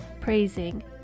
praising